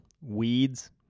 weeds